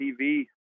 TV